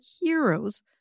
heroes